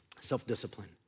Self-discipline